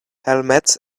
helmet